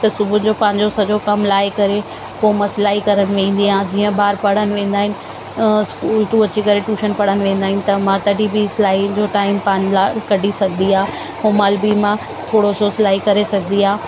त सुबुह जो पंहिंजो सॼो कमु लाहे करे पोइ मां सिलाई करण वेंदी आहियां जीअं ॿार पढ़ण वेंदा आहिनि स्कूल तां अची करे टूशन पढ़ण वेंदा आइन त मां तॾहिं बि सिलाई जो टाईम पंहिंजे लाइ कढी सघंदी आहियां हो महिल बि मां थोरो सो सिलाई करे सघंदी आहियां